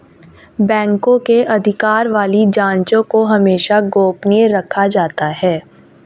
बैंकों के अधिकार वाली जांचों को हमेशा ही गोपनीय रखा जाता है